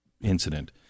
incident